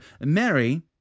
Mary